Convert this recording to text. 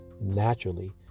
naturally